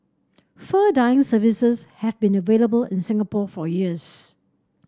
fur dyeing services have been available in Singapore for years